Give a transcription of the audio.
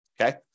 okay